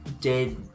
dead